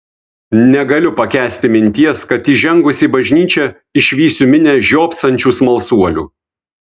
negaliu pakęsti minties kad įžengusi į bažnyčią išvysiu minią žiopsančių smalsuolių